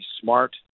smart